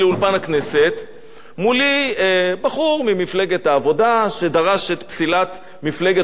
מולי בחור ממפלגת העבודה שדרש את פסילת מפלגת עוצמה לישראל שרצה לכנסת,